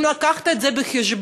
והאם אתה לוקח את זה בחשבון